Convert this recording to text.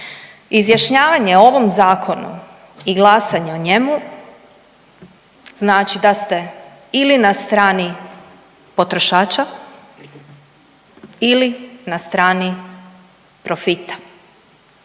Izjašnjavanje o ovom Zakonu i glasanje o njemu znači da ste ili na strani potrošača ili na strani profita.